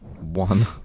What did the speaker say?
One